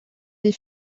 des